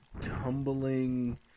tumbling